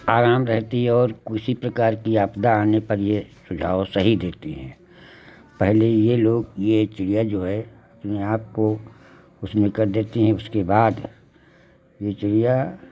आराम रहती है और किसी प्रकार की आपदा आने पर यह सुझाव सही देती हैं पहले यह लोग यह चिड़िया जो है अपने आप को उसमें कर देती हैं उसके बाद यह चिड़िया